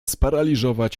sparaliżować